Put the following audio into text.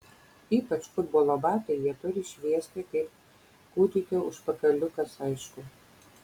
ypač futbolo batai jie turi šviesti kaip kūdikio užpakaliukas aišku